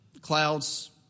clouds